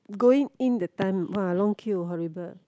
going in that time !wah! long queue horrible